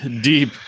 deep